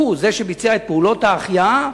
זה שביצע את פעולות ההחייאה,